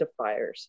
identifiers